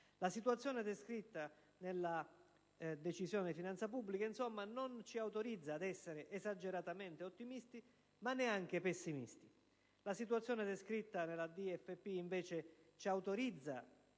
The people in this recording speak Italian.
La situazione descritta nella Decisione di finanza pubblica non ci autorizza ad essere esageratamente ottimisti, ma neanche pessimisti. La situazione descritta nella DFP ci deve indurre